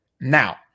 Now